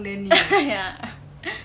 ya